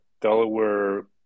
Delaware